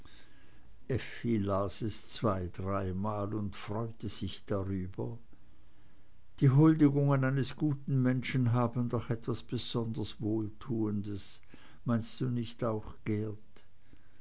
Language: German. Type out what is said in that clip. effi las es zwei dreimal und freute sich darüber die huldigungen eines guten menschen haben doch etwas besonders wohltuendes meinst du nicht auch geert